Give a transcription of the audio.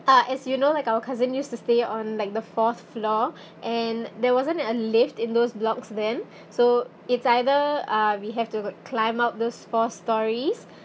uh as you know like our cousin used to stay on like the fourth floor and there wasn't a lift in those blocks then so it's either uh we have to climb up those four storeys